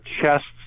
chests